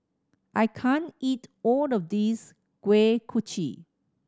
I can't eat all of this Kuih Kochi